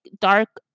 dark